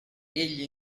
egli